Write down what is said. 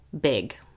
Big